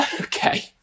Okay